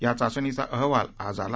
या चाचणीचा अहवाल आज आला